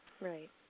Right